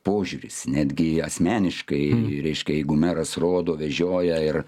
požiūris netgi asmeniškai reiškia jeigu meras rodo vežioja ir